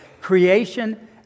Creation